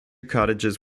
cottages